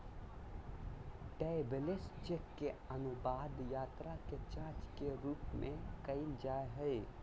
travellers cheque के अनुवाद यात्रा के जांच के रूप में कइल जा हइ